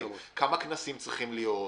כמה כנסים צריכים להיות,